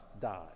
died